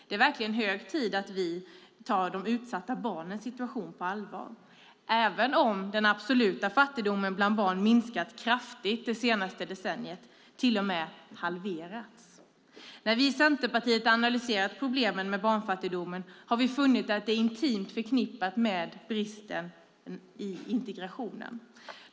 Det är verkligen hög tid att vi tar utsatta barns situation på allvar även om den absoluta fattigdomen bland barn minskat kraftigt det senaste decenniet och till och med halverats. När vi i Centerpartiet har analyserat problemen med barnfattigdomen har vi funnit att de är intimt förknippade med bristerna i integrationen.